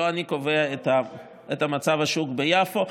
ולא אני קובע את מצב השוק ביפו.